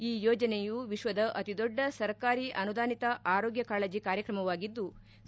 ಈ ಯೋಜನೆಯು ವಿಶ್ಲದ ಅತಿ ದೊಡ್ಡ ಸರ್ಕಾರಿ ಅನುದಾನಿತ ಆರೋಗ್ಗ ಕಾಳಜಿ ಕಾರ್ಯಕ್ರಮವಾಗಿದ್ಲು